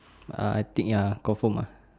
but I I think ya confirm ah